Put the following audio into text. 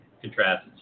contrasts